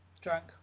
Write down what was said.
drunk